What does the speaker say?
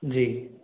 जी